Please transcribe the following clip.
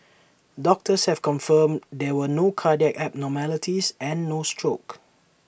doctors have confirmed there were no cardiac abnormalities and no stroke